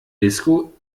disco